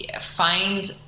find